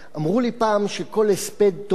אמרו לי פעם שכל הספד טוב